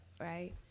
Right